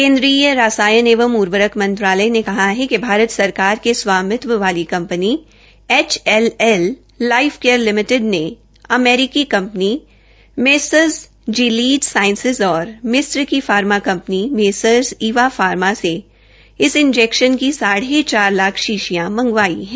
केन्द्रीय रसायन एवं उर्वरक मंत्रालय ने कहा है कि भारत सरकार के स्वामित्व वाली company HLL Life Care Limited ने अमरीकी कंपनी मेसर्स जीलीड़ साइसिस और मिश्र की pharma company messrs Eva Pharma से इस इंजैक्शन की साढ़े चाल लाख शीशीयां मंगवाई है